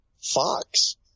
Fox